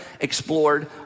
explored